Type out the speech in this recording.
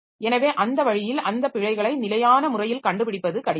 எனவே அந்த வழியில் அந்த பிழைகளை நிலையான முறையில் கண்டுபிடிப்பது கடினம்